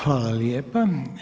Hvala lijepa.